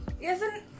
Yes